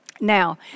Now